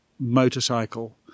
motorcycle